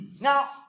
Now